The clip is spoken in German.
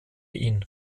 ihn